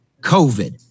COVID